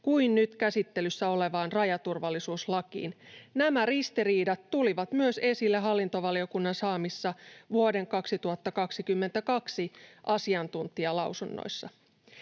kuin nyt käsittelyssä olevaan rajaturvallisuuslakiin. Nämä ristiriidat tulivat myös esille hallintovaliokunnan saamissa vuoden 2022 asiantuntijalausunnoissa.